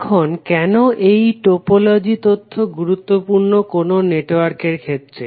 এখন কেন এই টোপোলজি তথ্য গুরুত্বপূর্ণ কোনো নেটওয়ার্কের ক্ষেত্রে